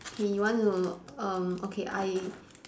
hey you want to um okay I